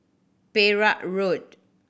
Perak Road